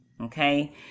Okay